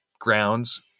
grounds